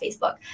Facebook